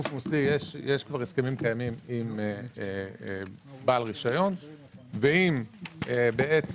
יש כבר הסכמים קיימים עם בעל רישיון ואם הוא